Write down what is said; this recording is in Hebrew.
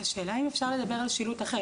השאלה אם אפשר לדבר על שילוט אחר,